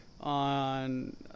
on